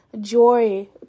joy